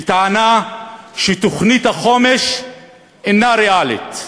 בטענה שתוכנית החומש אינה ריאלית.